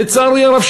לצערי הרב,